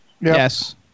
Yes